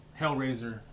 Hellraiser